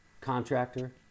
contractor